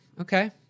okay